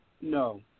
no